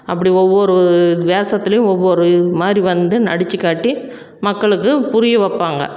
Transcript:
அப்படி ஒவ்வொரு வேசத்திலையும் ஒவ்வொரு மாதிரி வந்து நடித்துக்காட்டி மக்களுக்கு புரிய வைப்பாங்க